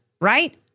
Right